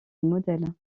modèle